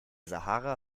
sahara